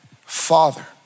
Father